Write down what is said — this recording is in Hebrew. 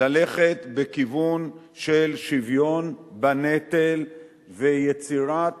ללכת בכיוון של שוויון בנטל ויצירת